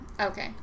okay